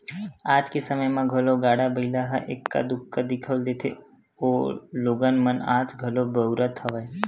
आज के समे म घलो गाड़ा बइला ह एक्का दूक्का दिखउल देथे लोगन मन आज घलो बउरत हवय